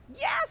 Yes